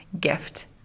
gift